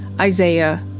Isaiah